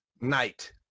Night